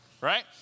Right